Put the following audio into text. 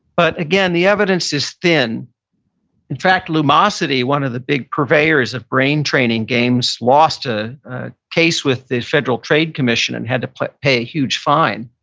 but again, the evidence is thin in fact, lumosity, one of the big purveyors of brain-training games lost a case with the federal trade commission and had to pay a huge fine.